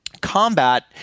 combat